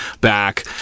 back